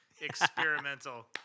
experimental